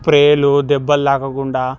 స్ప్రేలు దెబ్బలు తాకకుండా